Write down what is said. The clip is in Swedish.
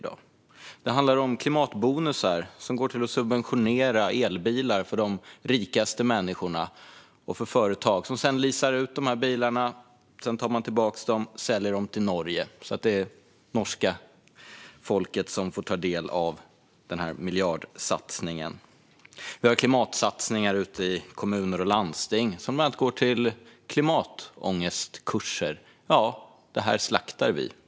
Den har klimatbonusar som går till att subventionera elbilar för de rikaste människorna och för företag som leasar ut bilarna och sedan tar tillbaka dem och säljer dem till Norge så att det blir det norska folket som får ta del av denna miljardsatsning. Den har klimatsatsningar ute i kommuner och landsting som bland annat går till klimatångestkurser. Ja, det här slaktar vi.